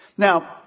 Now